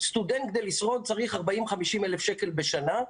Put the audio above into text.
כדי לשרוד סטודנט צריך 40,000-50,000 שקלים בשנה.